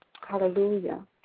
hallelujah